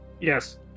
Yes